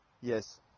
Yes